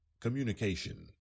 communication